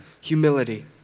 humility